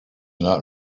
not